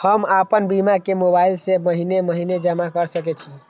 हम आपन बीमा के मोबाईल से महीने महीने जमा कर सके छिये?